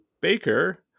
baker